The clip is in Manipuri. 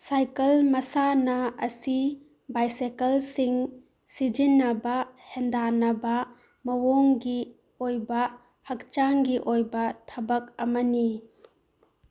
ꯁꯥꯏꯀꯜ ꯃꯁꯥꯟꯅ ꯑꯁꯤ ꯕꯥꯏꯁꯥꯏꯀꯜꯁꯤꯡ ꯁꯤꯖꯤꯟꯅꯕ ꯍꯦꯟꯗꯥꯅꯕ ꯃꯑꯣꯡꯒꯤ ꯑꯣꯏꯕ ꯍꯛꯆꯥꯡꯒꯤ ꯑꯣꯏꯕ ꯊꯕꯛ ꯑꯃꯅꯤ